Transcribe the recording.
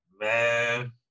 Man